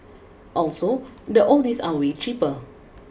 also the oldies are way cheaper